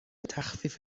تخفیف